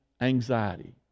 anxiety